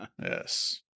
Yes